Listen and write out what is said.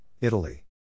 Italy